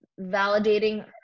validating